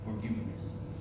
forgiveness